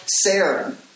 Sarah